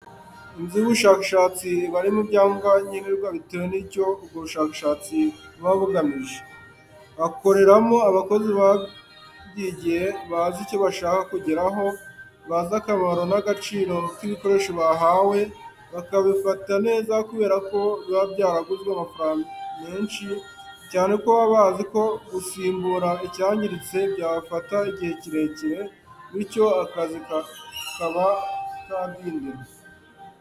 Inzu y'ubushakashatsi iba irimo ibyangombwa nkenerwa bitewe n'icyo ubwo bushakashatsi buba bugamije. Hakoramo abakozi babyigiye bazi icyo bashaka kugeraho, bazi akamaro n'agaciro k'ibikoresho bahawe, bakabifata neza kubera ko biba byaraguzwe amafaranga menshi, cyane ko baba bazi ko gusimbura icyangiritse byafata igihe kirekire. Bityo akazi kakaba kadindira.